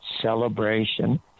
celebration